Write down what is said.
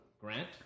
Grant